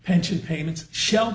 pension payments shall